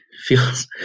feels